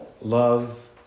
love